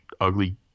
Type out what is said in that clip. ugly